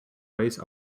race